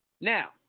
Now